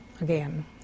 again